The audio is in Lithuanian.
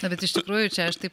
na bet iš tikrųjų čia aš taip